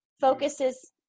focuses